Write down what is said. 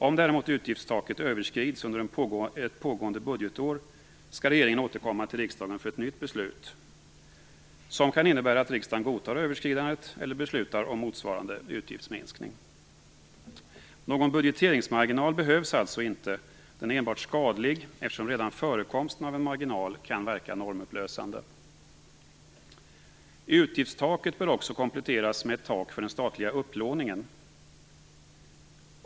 Om däremot utgiftstaket överskrids under ett pågående budgetår skall regeringen återkomma till riksdagen för ett nytt beslut som kan innebära att riksdagen godtar överskridandet eller beslutar om motsvarande utgiftsminskning. Någon budgeteringsmarginal behövs alltså inte, den är enbart skadlig eftersom redan förekomsten av en marginal kan verka normupplösande. Utgiftstaket bör också kompletteras med ett tak för den statliga upplåningen.